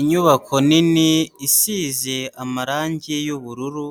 Inyubako nini, isize amarange y'ubururu,